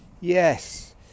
Yes